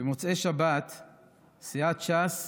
במוצאי שבת סיעת ש"ס